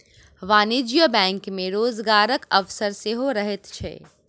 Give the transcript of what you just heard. वाणिज्यिक बैंक मे रोजगारक अवसर सेहो रहैत छै